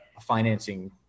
financing